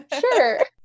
sure